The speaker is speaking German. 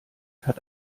hat